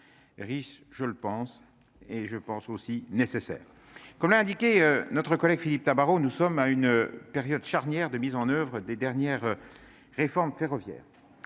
riche, je le pense et je pense aussi nécessaire, comme l'a indiqué notre collègue Philippe Tabarot, nous sommes à une période charnière de mise en oeuvre des dernières réformes ferroviaire: